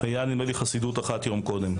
הייתה כמדומני חסידות אחת יום קודם.